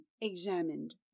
examined